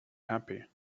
happy